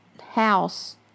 house